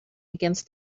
against